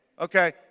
Okay